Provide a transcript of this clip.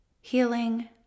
healing